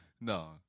No